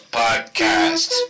podcast